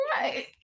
right